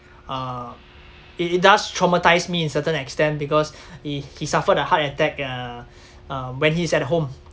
uh it it does traumatize me in certain extent because he he suffered a heart attack uh uh when he's at home